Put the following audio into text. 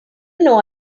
know